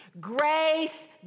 grace